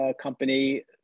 company